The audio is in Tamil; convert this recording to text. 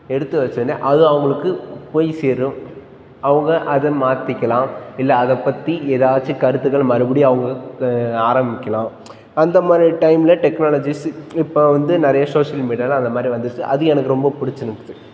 எடுத்து வெச்சவொடனே அது அவங்களுக்குப் போய் சேரும் அவங்க அதை மாத்திக்கலாம் இல்லை அதைப் பற்றி ஏதாச்சு கருத்துகளை மறுபடியும் அவுங்க ஆரம்பிக்கலாம் அந்த மாதிரி டைமில் டெக்னாலஜிஸ்ஸு இப்போ வந்து நிறைய சோஷியல் மீடியாவில் அந்த மாதிரி வந்துடுச்சி அது எனக்கு ரொம்ப பிடிச்சிருந்துது